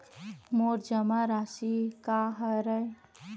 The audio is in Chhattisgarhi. मोर जमा राशि का हरय?